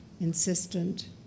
insistent